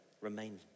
remain